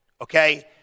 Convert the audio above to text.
Okay